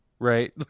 Right